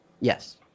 Yes